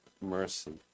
mercy